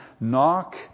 Knock